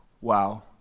wow